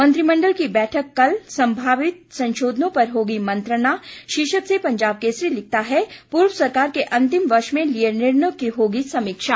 मंत्रिमण्डल की बैठक कल सम्भावित संशोधनों पर होगी मंत्रणा शीर्षक से पंजाब केसरी लिखता है पूर्व सरकार के अंतिम वर्ष में लिये निर्णयों की होगी समीक्षा